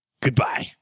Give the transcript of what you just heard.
goodbye